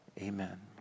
amen